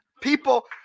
people